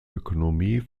ökonomie